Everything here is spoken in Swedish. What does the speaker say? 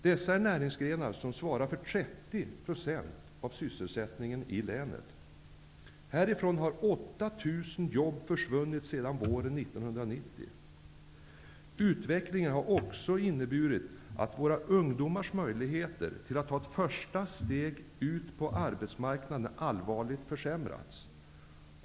Dessa näringsgrenar svarar för 30 % av sysselsättningen i länet. Härifrån har 8 000 jobb försvunnit sedan våren 1990. Utvecklingen har också inneburit att våra ungdomars möjligheter till att ta ett första steg ut på arbetsmarknaden allvarligt försämrats.